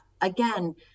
Again